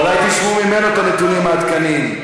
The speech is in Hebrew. אולי תשמעו ממנו את הנתונים העדכניים.